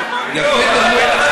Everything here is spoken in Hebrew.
יפה תלמוד,